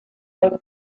over